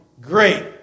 great